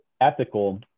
ethical